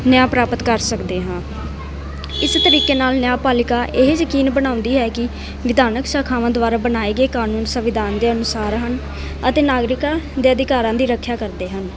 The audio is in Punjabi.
ਨਿਆਂ ਪ੍ਰਾਪਤ ਕਰ ਸਕਦੇ ਹਾਂ ਇਸੇ ਤਰੀਕੇ ਨਾਲ ਨਿਆਂਪਾਲਿਕਾ ਇਹ ਯਕੀਨ ਬਣਾਉਂਦੀ ਹੈ ਕਿ ਵਿਧਾਨਕ ਸਖਾਵਾਂ ਦੁਆਰਾ ਬਣਾਏ ਗਏ ਕਾਨੂੰਨ ਸੰਵਿਧਾਨ ਦੇ ਅਨੁਸਾਰ ਹਨ ਅਤੇ ਨਾਗਰਿਕਾਂ ਦੇ ਅਧਿਕਾਰਾਂ ਦੀ ਰੱਖਿਆ ਕਰਦੇ ਹਨ